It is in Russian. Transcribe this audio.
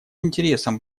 интересом